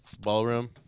Ballroom